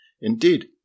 Indeed